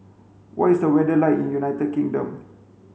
what is the weather like in United Kingdom